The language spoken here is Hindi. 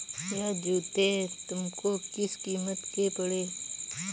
यह जूते तुमको किस कीमत के पड़े?